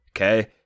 okay